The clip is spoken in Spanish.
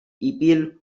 hipil